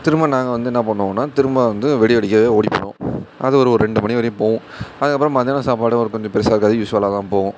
திரும்ப நாங்கள் வந்து என்னா பண்ணுவோன்னா திரும்ப வந்து வெடி வெடிக்கவே ஓடி போயிடுவோம் அது ஒரு ஒரு ரெண்டு மணி வரையும் போகும் அதுக்கப்புறம் மத்தியான சாப்பாடு ஒரு கொஞ்சம் பெரிசாக இருக்காது யூஸுவலாகதான் போகும்